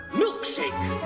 milkshake